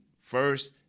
first